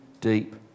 deep